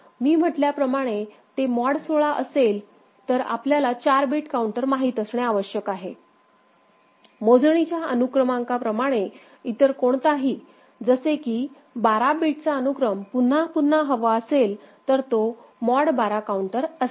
मी म्हटल्याप्रमाणे ते मॉड 16 असेल तर आपल्याला 4 बिट काउंटर माहित असणे आवश्यक आहे मोजणीच्या अनुक्रमांक प्रमाणे इतर कोणताही जसे की 12 बिटचा अनुक्रम पुन्हा पुन्हा हवा असेल तर तो मॉड 12 काउंटर असेल